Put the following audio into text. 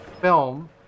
film